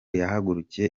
yahagurukiye